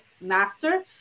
master